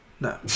No